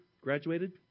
graduated